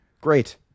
Great